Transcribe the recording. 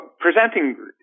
presenting